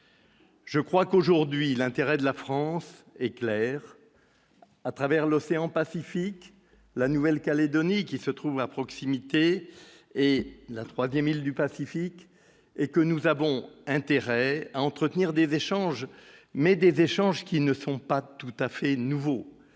Je crois qu'aujourd'hui l'intérêt de la France clair à travers l'océan Pacifique, la Nouvelle Calédonie, qui se trouve à proximité et la 3ème, île du Pacifique et que nous avons intérêt à entretenir des échanges, mais des échanges qui ne sont pas tout à fait nouveau,